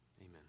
amen